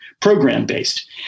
program-based